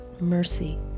mercy